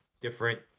different